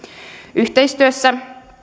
yhteistyössä